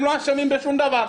הם לא אשמים בכל דבר.